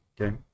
okay